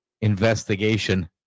investigation